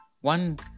one